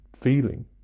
feeling